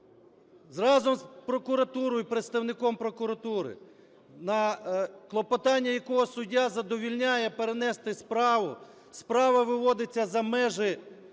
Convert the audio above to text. зразу з прокуратурою, з представником прокуратури, на клопотання якого суддя задовольняє перенести справу, справа виводиться за межі